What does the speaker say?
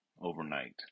overnight